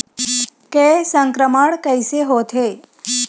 के संक्रमण कइसे होथे?